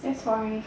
that's why